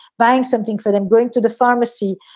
buying something for them, going to the pharmacy,